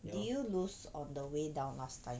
did you lose on the way down last time